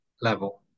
level